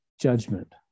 judgment